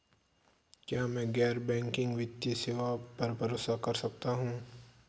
क्या मैं गैर बैंकिंग वित्तीय सेवाओं पर भरोसा कर सकता हूं?